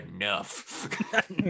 enough